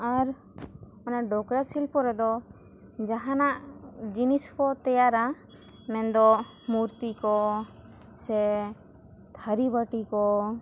ᱟᱨ ᱚᱱᱟ ᱰᱚᱠᱨᱟᱥᱤᱞᱯᱚ ᱨᱮᱫᱚ ᱡᱟᱦᱟᱱᱟᱜ ᱡᱤᱱᱤᱥ ᱠᱚ ᱛᱮᱭᱟᱨᱟ ᱢᱮᱱ ᱫᱚ ᱢᱩᱨᱛᱤ ᱠᱚ ᱥᱮ ᱛᱷᱟᱹᱨᱤ ᱵᱟᱹᱴᱤ ᱠᱚ